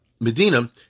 medina